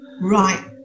Right